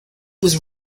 was